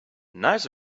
nice